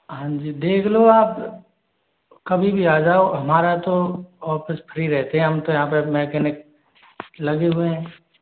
हाँ जी देख लो आप कभी भी आ जाओ हमारा तो ऑफिस फ्री रहते हैं हम तो यहाँ पे मैकेनिक लगे हुए हैं